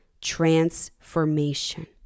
transformation